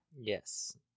Yes